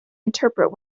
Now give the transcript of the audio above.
interpret